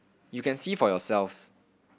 you can see for yourselves